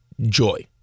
joy